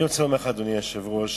אדוני היושב-ראש,